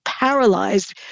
paralyzed